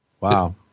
Wow